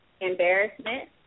embarrassment